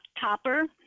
Topper